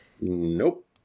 Nope